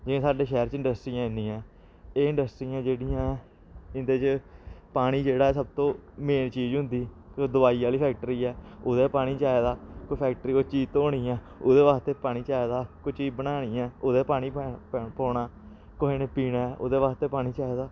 जि'यां साढे शैह्र च इंडस्ट्रियां इन्नियां ऐ एह् इंडस्ट्रियां जेह्डियां इं'दे च पानी जेहड़ा सब तू मेन चीज होंदी कोई दोआई आह्ली फैक्टरी ऐ ओह्दे च पानी चाहिदा कोई फैक्टरी च कोई चीज धोनी ऐ ओह्दे आस्तै पानी चाहिदा कोई चीज बनानी ऐ ओह्दे च पानी पैना पौना कुसै ने पीना ऐ ओहदे आस्ते पानी चाहिदा